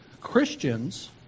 Christians